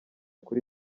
kuri